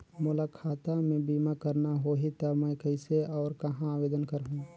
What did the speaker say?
मोला खाता मे बीमा करना होहि ता मैं कइसे और कहां आवेदन करहूं?